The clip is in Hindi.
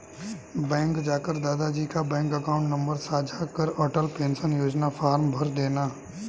बैंक जाकर दादा जी का बैंक अकाउंट नंबर साझा कर अटल पेंशन योजना फॉर्म भरदेना